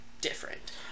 different